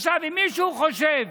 עכשיו, אם מישהו חושב